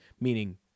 meaning